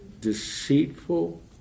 deceitful